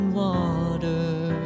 water